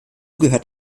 gehört